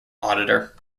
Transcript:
auditor